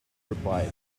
replied